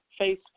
Facebook